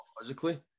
physically